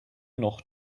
noch